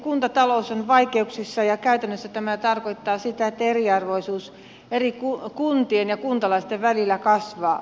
kuntatalous on vaikeuksissa ja käytännössä tämä tarkoittaa sitä että eriarvoisuus eri kuntien ja kuntalaisten välillä kasvaa